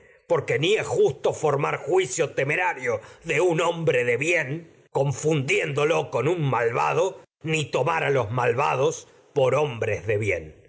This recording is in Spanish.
porque ni un justo formar juicio temerario de con un hombre de bien a confundiéndolo dos malvado ni tomar los malva a un por hombres de bien